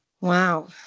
Wow